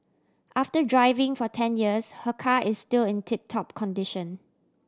after driving for ten years her car is still in tip top condition